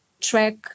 track